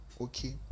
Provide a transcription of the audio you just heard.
okay